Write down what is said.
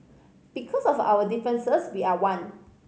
because of our differences we are one